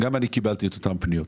אני קיבלתי את אותן פניות.